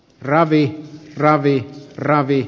ravi ravit ravi